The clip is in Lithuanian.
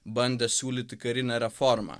bandė siūlyti karinę reformą